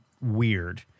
weird